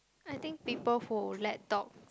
I think people who let dogs